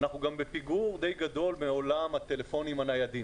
אנחנו גם בפיגור די גדול בעולם הטלפונים הניידים